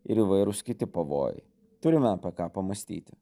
ir įvairūs kiti pavojai turime apie ką pamąstyti